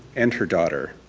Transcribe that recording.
and her daughter,